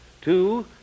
Two